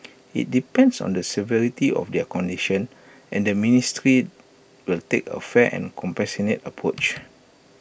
IT depends on the severity of their condition and the ministry will take A fair and compassionate approach